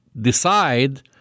Decide